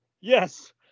yes